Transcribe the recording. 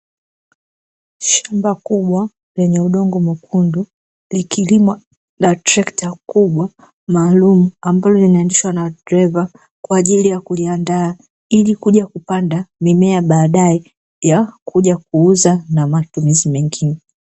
Shamba kubwa lenye udongo mwekundu likilimwa na trekta kubwa maalumu, ambalo linaendeshwa na dereva kwaajili ya kukiandaa ili kuja kupanda mimea baadae ya kuja kuuza na matumizi mengine.